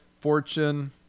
fortune